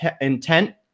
intent